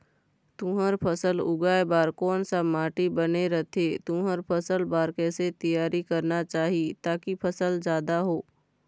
तुंहर फसल उगाए बार कोन सा माटी बने रथे तुंहर फसल बार कैसे तियारी करना चाही ताकि फसल जादा हो?